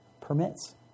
permits